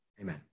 amen